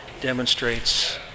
demonstrates